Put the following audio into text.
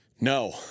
No